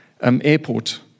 Airport